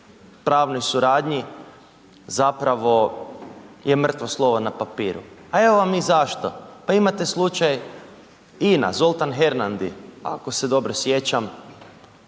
pravnoj suradnji zapravo je mrtvo slovo na papiru. A evo vam i zašto. Pa imate slučaj INA, Zoltan Hernandi ako se dobro sjećam,